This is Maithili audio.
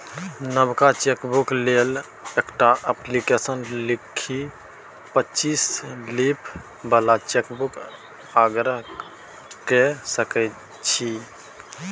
नबका चेकबुक लेल एकटा अप्लीकेशन लिखि पच्चीस लीफ बला चेकबुकक आग्रह कए सकै छी